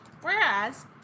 Whereas